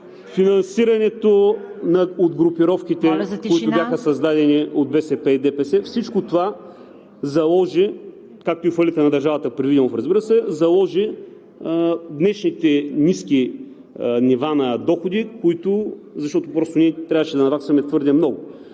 за тишина! ИСКРЕН ВЕСЕЛИНОВ: …които бяха създадени от БСП и ДПС, всичко това заложи, както и фалита на държавата при Виденов, разбира се, заложи днешните ниски нива на доходи, защото просто ние трябваше да наваксаме твърде много.